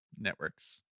networks